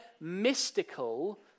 mystical